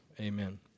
amen